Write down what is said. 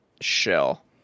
shell